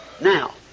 Now